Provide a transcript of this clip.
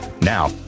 Now